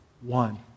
one